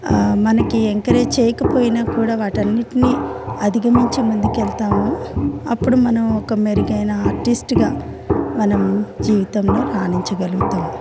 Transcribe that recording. మనకి ఎంకరేజ్ చేయకపోయినా కూడా వాటన్నింటినీ అధిగమించి ముందుకెళతామో అప్పుడు మనం ఒక మెరుగైన ఆర్టిస్ట్గా మనం జీవితంలో రాణించగలుగుతాము